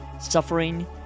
suffering